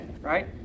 right